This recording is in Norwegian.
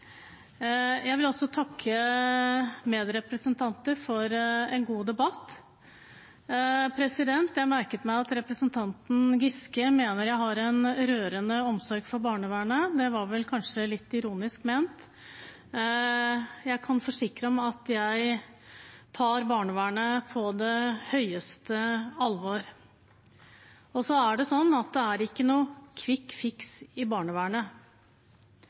Jeg vil også takke medrepresentanter for en god debatt. Jeg merket meg at representanten Giske mener jeg har en rørende omsorg for barnevernet. Det var vel kanskje litt ironisk ment. Jeg kan forsikre om at jeg tar barnevernet på største alvor. Det er ikke noen kvikkfiks i barnevernet. Det